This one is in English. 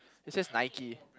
this is Nike